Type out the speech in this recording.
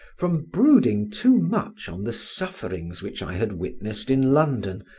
from brooding too much on the sufferings which i had witnessed in london,